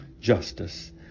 justice